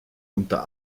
unter